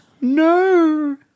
No